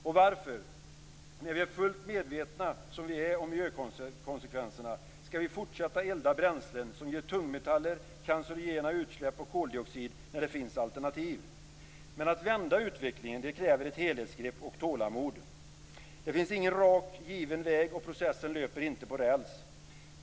Och varför - fullt medvetna som vi är om miljökonsekvenserna - skall vi fortsätta att elda bränslen som ger tungmetaller, cancerogena utsläpp och koldioxid, när det finns alternativ? Arbetet med att vända utvecklingen kräver ett helhetsgrepp och tålamod. Det finns ingen given rak väg, och processen löper inte på räls.